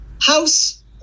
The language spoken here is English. House